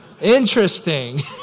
Interesting